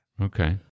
Okay